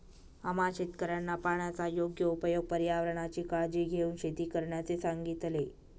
आम्हा शेतकऱ्यांना पाण्याचा योग्य उपयोग, पर्यावरणाची काळजी घेऊन शेती करण्याचे सांगितले